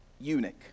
eunuch